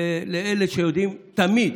ולאלה שיודעים תמיד,